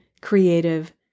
creative